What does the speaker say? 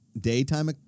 daytime